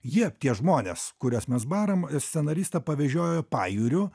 jie tie žmonės kuriuos mes baram scenaristą pavežiojo pajūriu